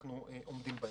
אנחנו גם עומדים בהם.